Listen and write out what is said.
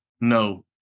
no